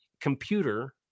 computer